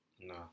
no